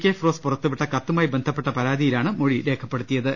K Firos പുറത്തുവിട്ട കത്തുമായി ബന്ധപ്പെട്ട പരാതിയിലാണ് മൊഴിരേഖപ്പെടുത്തിയത്